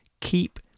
keep